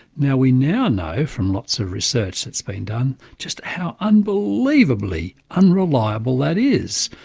now we now know from lots of research that's been done, just how unbelievably unreliable that is.